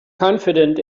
confident